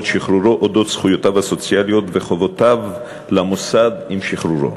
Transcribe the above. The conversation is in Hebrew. שחרורו על זכויותיו הסוציאליות וחובותיו למוסד עם שחרורו.